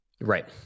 Right